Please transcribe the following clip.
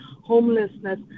homelessness